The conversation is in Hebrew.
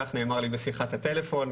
כך נאמר לי בשיחת הטלפון.